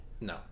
No